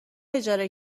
اجاره